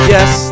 Yes